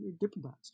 diplomats